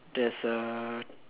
there's a